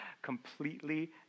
Completely